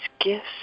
gifts